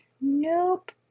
Nope